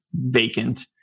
vacant